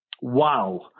Wow